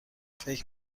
فکر